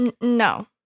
No